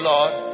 Lord